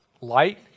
light